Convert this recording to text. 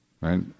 Right